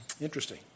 Interesting